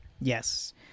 Yes